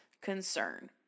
concern